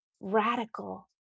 radical